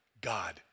God